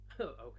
Okay